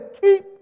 keep